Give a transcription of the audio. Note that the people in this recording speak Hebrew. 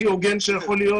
הכי הוגן שיכול להיות,